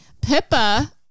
Pippa